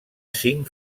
cinc